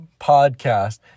podcast